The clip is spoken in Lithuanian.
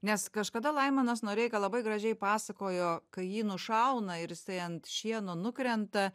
nes kažkada laimonas noreika labai gražiai pasakojo kai jį nušauna ir jisai ant šieno nukrenta